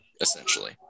essentially